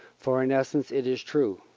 for in essence it is true.